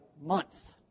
month